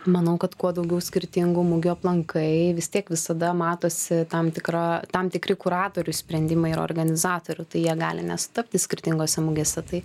manau kad kuo daugiau skirtingų mugių aplankai vis tiek visada matosi tam tikra tam tikri kuratorių sprendimai ir organizatorių tai jie gali nesutapti skirtingose mugėse tai